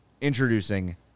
Introducing